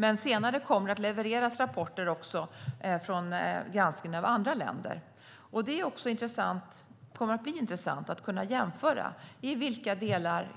Men senare kommer det att levereras rapporter också från granskningar av andra länder. Det kommer att bli intressant att kunna jämföra i vilka delar